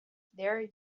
there